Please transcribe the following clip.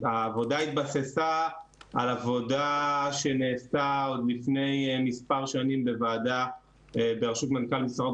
העבודה התבססה על עבודה שנעשתה לפני מספר שנים בוועדה בראשות מנכ"ל משרד